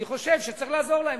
אני חושב שצריך לעזור להם.